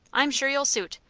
i'm sure you'll suit.